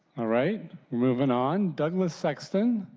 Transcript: all right. moving on. douglas sexton.